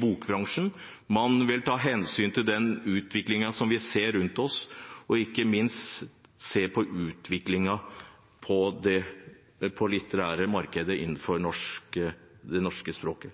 bokbransjen. Man vil ta hensyn til den utviklingen som vi ser rundt oss, og ikke minst se på utviklingen i det litterære markedet når det gjelder det norske språket.